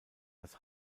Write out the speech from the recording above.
das